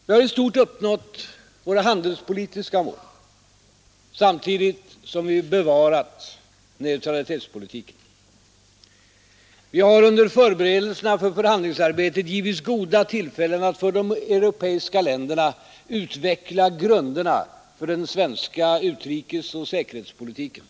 Vi har i stort uppnått våra handelspolitiska mål samtidigt som vi bevarat neutralitetspolitiken. Vi har under förberedelserna för förhandlingsarbetet givits goda tillfällen att för de europeiska länderna utveckla grunderna för den svenska utrikesoch säkerhetspolitiken.